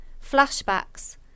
flashbacks